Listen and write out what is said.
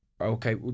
okay